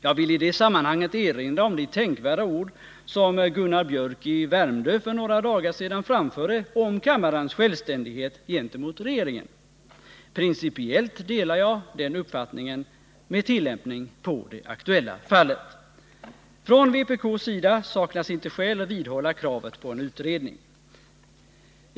Jag vill i det sammanhanget erinra om de 195 tänkvärda ord som Gunnar Biörck i Värmdö för några dagar sedan yttrade om kammarens självständighet gentemot regeringen. Principiellt delar jag den uppfattningen med tillämpning på det aktuella fallet. Från vpk:s sida saknar vi inte skäl att vidhålla kravet på en utredning.